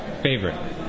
favorite